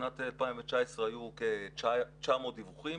בשנת 2019 היו כ-900 דיווחים